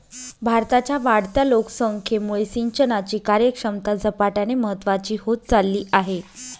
भारताच्या वाढत्या लोकसंख्येमुळे सिंचनाची कार्यक्षमता झपाट्याने महत्वाची होत चालली आहे